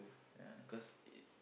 ah cause it